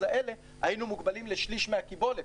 האלה היינו מוגבלים לשליש מהקיבולת.